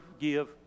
give